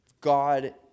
God